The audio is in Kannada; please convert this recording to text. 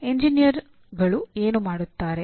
ಎಂಜಿನಿಯರ್ಗಳು ಏನು ಮಾಡುತ್ತಾರೆ